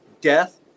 death